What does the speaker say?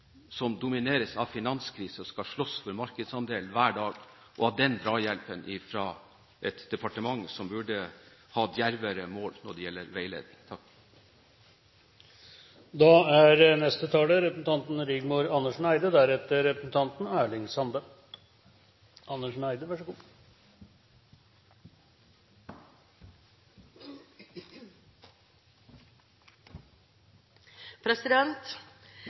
som domineres av finanskrise, og som skal slåss for markedsandeler hver dag, å ha den drahjelpen fra et departement som burde ha djervere mål når det gjelder veiledning.